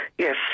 Yes